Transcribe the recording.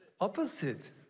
opposite